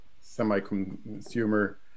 semi-consumer